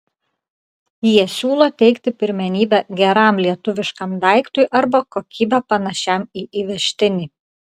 jie siūlo teikti pirmenybę geram lietuviškam daiktui arba kokybe panašiam į įvežtinį